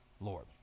Lord